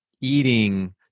eating